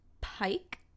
pike